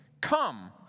Come